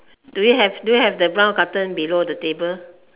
do you have do you have the brown carton below the table